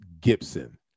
Gibson